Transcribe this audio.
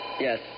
Yes